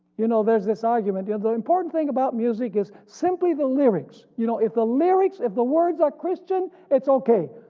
you know there is this argument, the important thing about music is simply the lyrics, you know if the lyrics, if the words are christian it's okay,